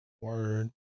word